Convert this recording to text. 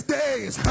days